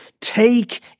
take